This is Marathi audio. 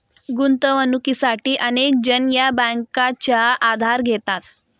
गुंतवणुकीसाठी अनेक जण या बँकांचा आधार घेतात